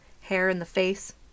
hair-in-the-face